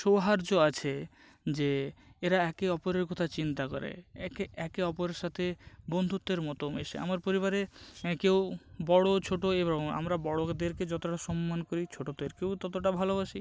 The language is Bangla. সৌহার্য্য আছে যে এরা একে অপরের কথা চিন্তা করে একে একে অপরের সাথে বন্ধুত্বের মতো মেশে আমার পরিবারে কেউ বড়ো ছোটো এবরম আমরা বড়োদেরকে যতোটা সম্মান করি ছোটোদেরকেও ততটা ভালোবাসি